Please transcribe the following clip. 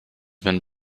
been